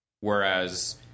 Whereas